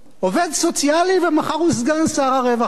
עובד סוציאלי ומחר הוא סגן שר הרווחה,